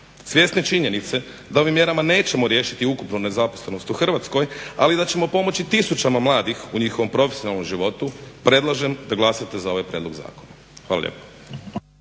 Svjesni činjenice da ovim mjerama nećemo riješiti ukupnu nezaposlenost u Hrvatskoj, ali da ćemo pomoći tisućama mladih u njihovom profesionalnom životu predlažem da glasate za ovaj prijedlog zakona. Hvala lijepa.